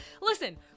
listen